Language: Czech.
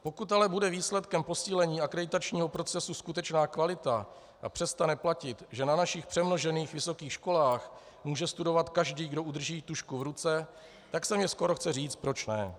Pokud ale bude výsledkem posílení akreditačního procesu skutečná kvalita a přestane platit, že na našich přemnožených vysokých školách může studovat každý, kdo udrží tužku v ruce, tak se mně skoro chce říct proč ne?